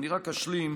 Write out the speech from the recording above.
אני רק אשלים.